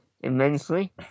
immensely